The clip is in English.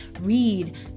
read